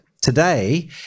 Today